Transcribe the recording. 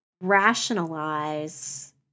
rationalize